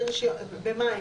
לגבי מים,